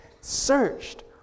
searched